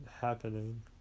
happening